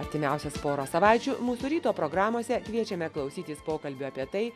artimiausias porą savaičių mūsų ryto programose kviečiame klausytis pokalbių apie tai